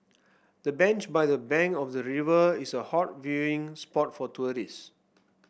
the bench by the bank of the river is a hot viewing spot for tourists